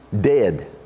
dead